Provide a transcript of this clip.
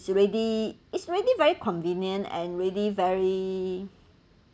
already it's already very convenient and already very